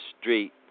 Street